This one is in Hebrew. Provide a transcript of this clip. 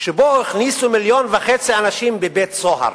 שבו הכניסו מיליון וחצי אנשים לבית-סוהר.